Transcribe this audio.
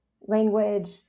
language